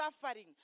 suffering